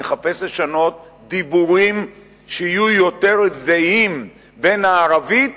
נחפש לשנות דיבורים שיהיו יותר זהים בין הערבית